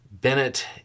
Bennett